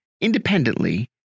independently